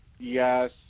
Yes